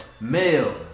male